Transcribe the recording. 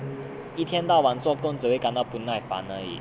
一天到晚做工只会感到不耐烦而已